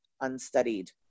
unstudied